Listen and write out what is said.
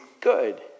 good